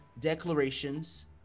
declarations